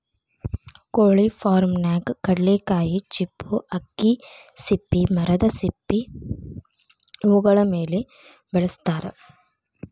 ಕೊಳಿ ಫಾರ್ಮನ್ಯಾಗ ಕಡ್ಲಿಕಾಯಿ ಚಿಪ್ಪು ಅಕ್ಕಿ ಸಿಪ್ಪಿ ಮರದ ಸಿಪ್ಪಿ ಇವುಗಳ ಮೇಲೆ ಬೆಳಸತಾರ